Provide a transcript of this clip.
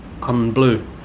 unblue